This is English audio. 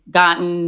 gotten